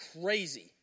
crazy